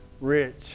rich